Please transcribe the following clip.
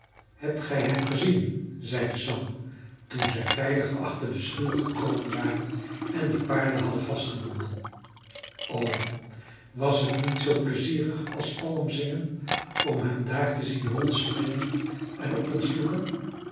hebt gij hem gezien zeide sam toen zij veilig achter de schuur gekomen waren en de paarden hadden vastgebonden o was het niet zoo pleizierig als psalmzingen om hem daar te zien rondspringen en op ons vloeken